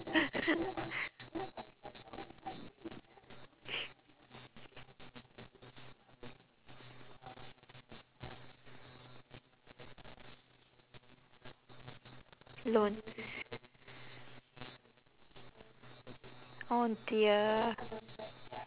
loan oh dear